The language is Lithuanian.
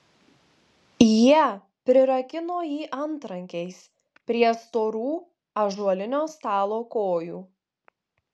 jie prirakino jį antrankiais prie storų ąžuolinio stalo kojų